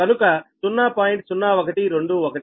కనుక 0